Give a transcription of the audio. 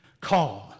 calm